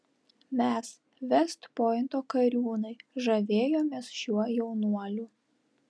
mes vest pointo kariūnai žavėjomės šiuo jaunuoliu